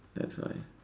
that's why